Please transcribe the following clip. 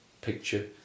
picture